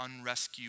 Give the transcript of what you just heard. unrescue